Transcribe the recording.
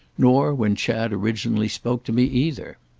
nor when chad originally spoke to me either.